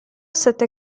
sette